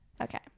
Okay